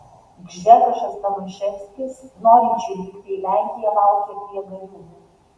gžegožas tomaševskis norinčių vykti į lenkiją laukė prie gariūnų